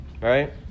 Right